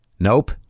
Nope